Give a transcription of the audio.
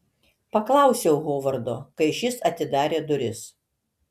paklausiau hovardo kai šis atidarė duris